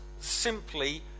simply